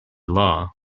law